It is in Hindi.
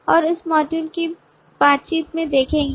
और हम मॉड्यूल में बातचीत में देखेंगे